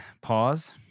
pause